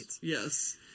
yes